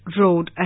road